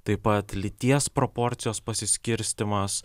taip pat lyties proporcijos pasiskirstymas